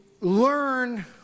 learn